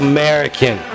American